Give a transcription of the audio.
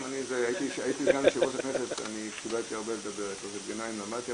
אני חושב שחברת הכנסת אבו רחמון אמרה את זה,